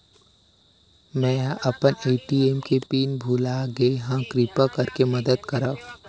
मेंहा अपन ए.टी.एम के पिन भुला गए हव, किरपा करके मदद करव